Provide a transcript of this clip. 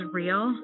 real